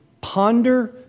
ponder